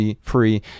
free